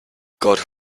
god